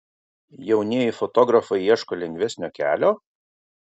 jaunieji fotografai ieško lengvesnio kelio